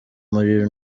muri